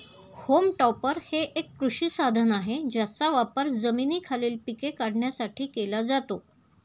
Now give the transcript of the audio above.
home टॉपर हे एक कृषी साधन आहे ज्याचा वापर जमिनीखालील पिके काढण्यासाठी केला जातो